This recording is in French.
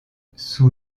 sous